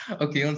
OK